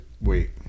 Wait